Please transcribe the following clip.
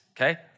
okay